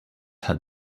had